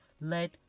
Let